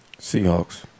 Seahawks